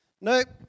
Nope